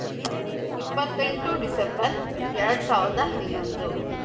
ಇಪ್ಪತ್ತೆಂಟು ಡಿಸೆಂಬರ್ ಎರಡು ಸಾವಿರದ ಹನ್ನೊಂದು